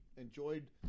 enjoyed